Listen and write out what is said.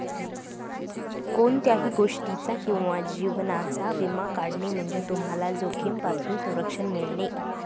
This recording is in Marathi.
कोणत्याही गोष्टीचा किंवा जीवनाचा विमा काढणे म्हणजे तुम्हाला जोखमीपासून संरक्षण मिळेल